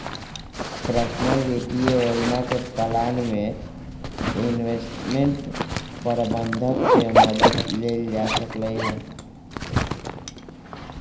personal वित्तीय योजना के प्लान में इंवेस्टमेंट परबंधक के मदद लेल जा सकलई ह